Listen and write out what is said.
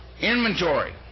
Inventory